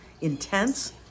intense